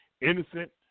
innocent